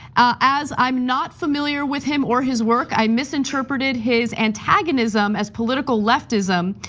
as i'm not familiar with him or his work, i misinterpreted his antagonism as political leftism,